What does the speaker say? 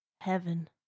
heaven